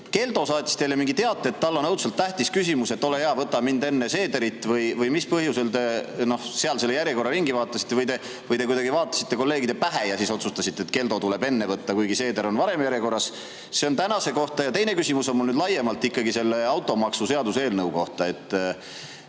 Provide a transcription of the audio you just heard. Keldo saatis teile mingi teate, et tal on õudselt tähtis küsimus ja ole hea, võta mind enne Seederit? Või mis põhjusel te selle järjekorra ringi tegite? Või te kuidagi vaatasite kolleegide peale ja siis otsustasite, et Keldo tuleb enne võtta, kuigi Seeder on varem järjekorras? See on tänase kohta. Teine küsimus on mul laiemalt automaksu seaduseelnõu kohta.